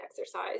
exercise